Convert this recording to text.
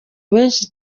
benshi